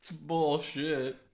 Bullshit